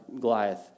Goliath